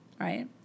right